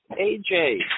AJ